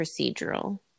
procedural